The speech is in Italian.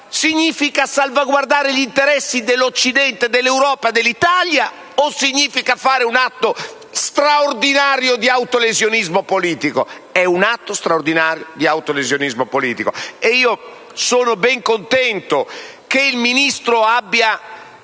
significa salvaguardare gli interessi dell'Occidente, dell'Europa, dell'Italia, o significa fare un atto straordinario di autolesionismo politico? È un atto straordinario di autolesionismo politico. E io sono ben contento che il Ministro abbia